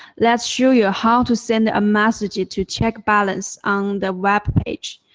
let's show you how to send a message to check balance on the web page.